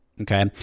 okay